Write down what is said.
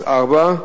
שאילתא 1204,